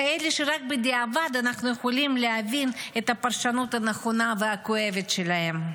כאלה שרק בדיעבד אנחנו יכולים להבין את הפרשנות הנכונה והכואבת שלהם.